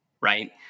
right